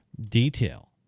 detail